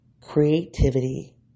creativity